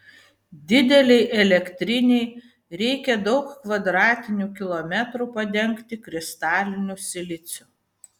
didelei elektrinei reikia daug kvadratinių kilometrų padengti kristaliniu siliciu